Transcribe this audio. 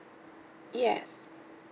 yes